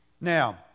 Now